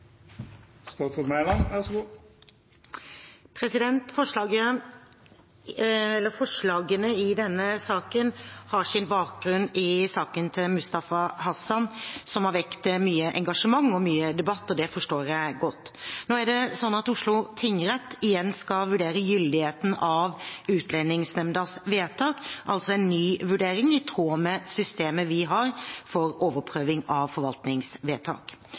Forslagene i denne saken har sin bakgrunn i saken til Mustafa Hasan, som har vekket mye engasjement og mye debatt, og det forstår jeg godt. Nå skal Oslo tingrett igjen vurdere gyldigheten av Utlendingsnemndas vedtak, altså en ny vurdering i tråd med systemet vi har for overprøving av forvaltningsvedtak.